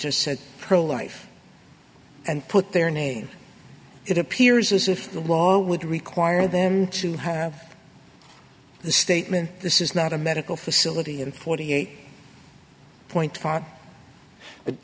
just said pro life and put their name it appears as if the law would require them to have the statement this is not a medical facility in forty eight point five but